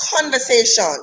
conversation